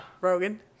Rogan